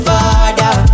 Father